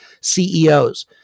CEOs